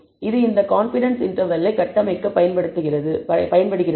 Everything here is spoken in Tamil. இது இந்த கான்ஃபிடன்ஸ் இன்டர்வெல்லை கட்டமைக்கப் பயன்படுகிறது